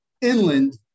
inland